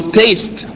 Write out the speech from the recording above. taste